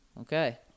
Okay